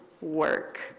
work